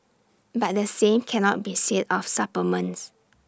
but the same cannot be said of supplements